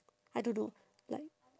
I don't know like